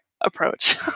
approach